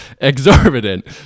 Exorbitant